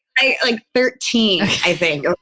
i like, thirteen, i think. or